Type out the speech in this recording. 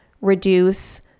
reduce